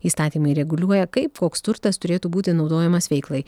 įstatymai reguliuoja kaip koks turtas turėtų būti naudojamas veiklai